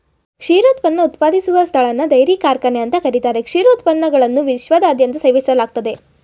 ಕ್ಷೀರೋತ್ಪನ್ನ ಉತ್ಪಾದಿಸುವ ಸ್ಥಳನ ಡೈರಿ ಕಾರ್ಖಾನೆ ಅಂತ ಕರೀತಾರೆ ಕ್ಷೀರೋತ್ಪನ್ನಗಳನ್ನು ವಿಶ್ವದಾದ್ಯಂತ ಸೇವಿಸಲಾಗ್ತದೆ